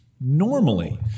Normally